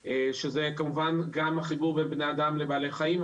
זה כמובן גם החיבור בין בני אדם לבעלי חיים,